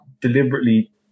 deliberately